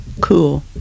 Cool